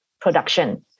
production